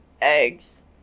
eggs